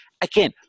again